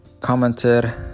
commented